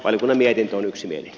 valiokunnan mietintö on yksimielinen